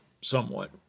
somewhat